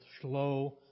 slow